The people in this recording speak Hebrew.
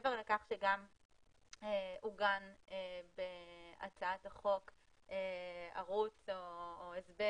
מעבר לכך שגם עוגן בהצעת החוק ערוץ או הסדר,